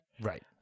right